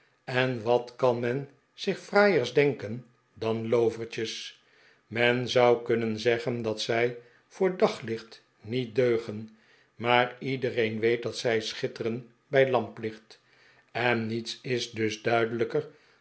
en wat kan men zich fraaiers denken dan loovertjes men zou kunnen zeggen dat zij voor daglicht niet deugen maar iedereen weet dat zij schitteren bij lamplicht en niets is dus duidelijker